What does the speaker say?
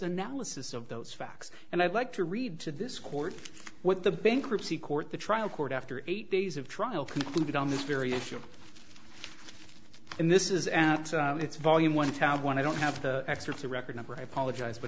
analysis of those facts and i'd like to read to this court what the bankruptcy court the trial court after eight days of trial concluded on this very issue and this is at it's volume one tab one i don't have the experts a record number i apologize but